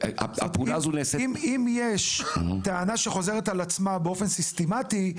אם יש טענה שחוזרת על עצמה באופן סיסטמתי,